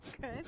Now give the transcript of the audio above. Good